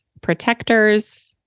protectors